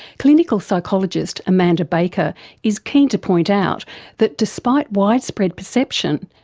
clinical psychologist amanda baker is keen to point out that despite widespread perception,